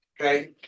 okay